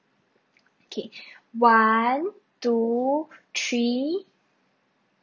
okay one two three